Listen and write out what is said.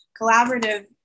collaborative